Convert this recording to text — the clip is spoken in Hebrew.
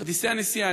כרטיסי הנסיעה,